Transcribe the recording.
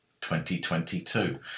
2022